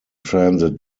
transit